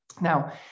Now